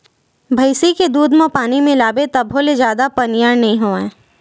भइसी के दूद म पानी मिलाबे तभो ले जादा पनियर नइ होवय